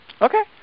Okay